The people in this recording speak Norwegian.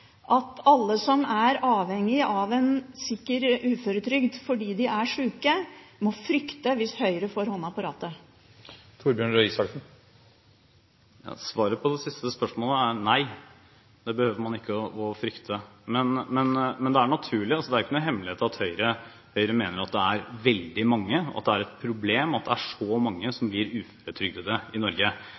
at alle som er avhengig av en sikker uføretrygd fordi de er syke, må frykte at Høyre skal få handa på rattet? Svaret på det siste spørsmålet er nei, det behøver man ikke å frykte. Men det er naturlig. Det er ikke noen hemmelighet at Høyre mener at det er veldig mange – og at det er et problem at det er så mange – som blir uføretrygdet i Norge.